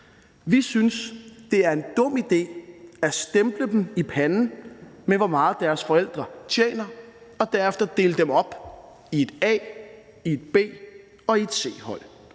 Vi synes, det er en dum idé at stemple dem i panden med, hvor meget deres forældre tjener, og derefter dele dem op i et A-, et B- og et C-hold.